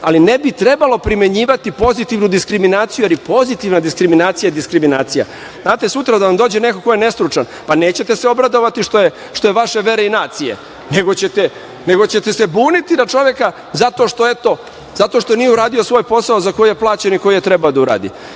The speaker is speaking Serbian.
ali ne bi trebalo primenjivati pozitivnu diskriminaciju, jer i pozitivna diskriminacija je diskriminacija. Znate, sutra da vam dođe neko ko je nestručan, pa, nećete se obradovati što je vaše vere i nacije, nego ćete se buniti da čoveka, zato što nije uradio svoj posao za koji je plaćen i koji je trebao da uradi. Molim